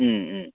ꯎꯝ ꯎꯝ